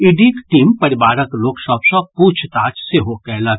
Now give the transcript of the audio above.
ईडीक team परिवारक लोक सभ सँ प्रछताछ सेहो कयलक